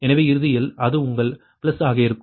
எனவே இறுதியில் அது உங்கள் ப்ளஸ் ஆக இருக்கும்